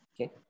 Okay